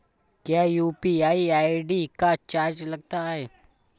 क्या UPI ID का charge लगता है?